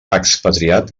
expatriat